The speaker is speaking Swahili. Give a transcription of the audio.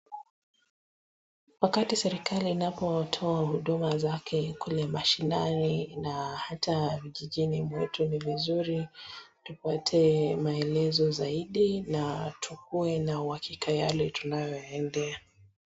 Wakati serikali inapotoa huduma zake kule mashinani na hata vijijini mwetu ni vizuri tupate maelezo zaidi na tukuwe na uhakika yale tunayoyaendea.